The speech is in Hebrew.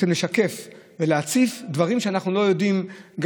לשקף ולהציף דברים שאנחנו לא יודעים,